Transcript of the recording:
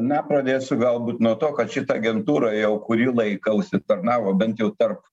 na pradėsiu galbūt nuo to kad šita agentūra jau kurį laiką užsitarnavo bent jau tarp